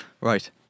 Right